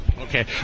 Okay